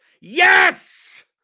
Yes